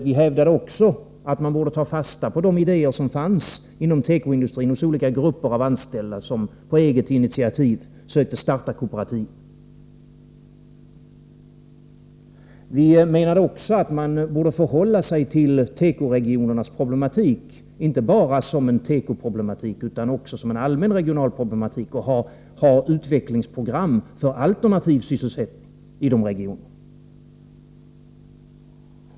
Vi hävdade också att man borde ta fasta på de idéer inom tekoindustrin som fanns hos olika grupper av anställda, som på eget initiativ försökte starta kooperativ. Vi menade också att man borde se tekoregionernas problematik inte bara som en tekoproblematik utan som en allmän regionalproblematik och utarbeta utvecklingsprogram för alternativ sysselsättning i de regionerna.